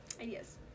ideas